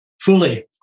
fully